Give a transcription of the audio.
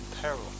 peril